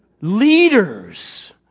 leaders